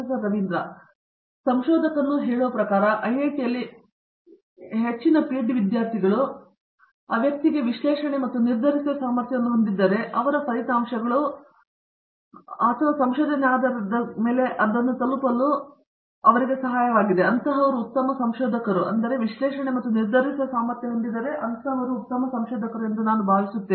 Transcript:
ರವೀಂದ್ರ ಗೆಟ್ಟು ಸರಿ ಸಂಶೋಧಕನು ಹೇಳುವ ಪ್ರಕಾರ ಐಐಟಿಯಲ್ಲಿ ಪಿಹೆಚ್ಡಿ ವಿದ್ಯಾರ್ಥಿಗಳು ಆ ವ್ಯಕ್ತಿಗೆ ವಿಶ್ಲೇಷಣೆ ಮತ್ತು ನಿರ್ಧರಿಸುವ ಸಾಮರ್ಥ್ಯವನ್ನು ಹೊಂದಿದ್ದರೆ ಅವರ ಫಲಿತಾಂಶಗಳು ಅಥವಾ ಸಂಶೋಧನೆಗಳ ಆಧಾರದ ಮೇಲೆ ನಿರ್ಧಾರಗಳನ್ನು ತಲುಪಲು ಅವರು ಉತ್ತಮ ಸಂಶೋಧಕರು ಎಂದು ನಾನು ಭಾವಿಸುತ್ತೇನೆ